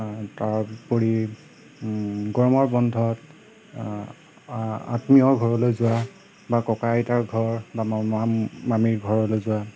তাৰোপৰি গৰমৰ বন্ধত আত্মীয় ঘৰলৈ যোৱা বা ককা আইতাৰ ঘৰ বা মামা মামীৰ ঘৰলৈ যোৱা